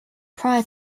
prior